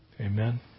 Amen